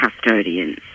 custodians